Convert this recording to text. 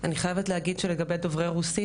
אני חייבת להגיד שלגבי דוברי רוסית,